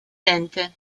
dente